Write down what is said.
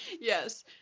Yes